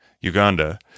Uganda